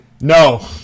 No